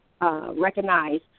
recognize